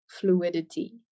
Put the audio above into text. fluidity